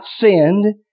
sinned